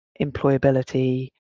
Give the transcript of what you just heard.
employability